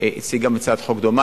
הציג גם הוא הצעת חוק דומה,